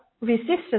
resistance